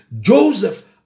Joseph